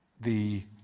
the